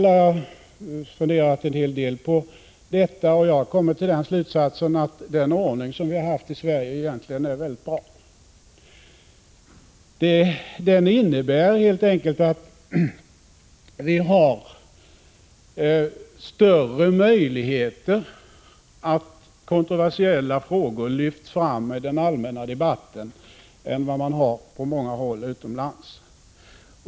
Jag har funderat en hel del på saken och kommit till slutsatsen att den ordning som vi har i Sverige egentligen är mycket bra. Den innebär helt enkelt att vi har större "möjligheter att få fram kontroversiella frågor i den allmänna debatten än vad man har på många håll utomlands.